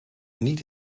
niet